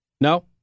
No